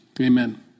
Amen